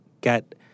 get